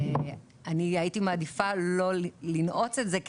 אני הייתי מעדיפה לא לנעוץ את זה,